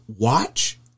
Watch